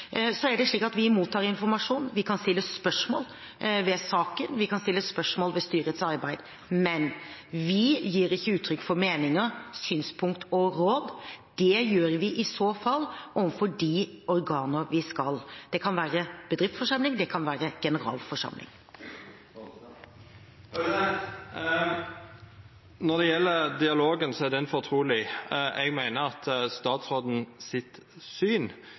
så fall overfor de organer vi skal – det kan være bedriftsforsamling, det kan være generalforsamling. Når det gjeld dialogen, så er den fortruleg. Eg meiner at statsråden sitt syn